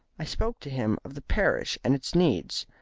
i spoke to him of the parish and its needs,